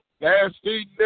nasty